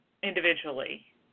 individually